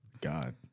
God